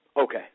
Okay